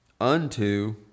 unto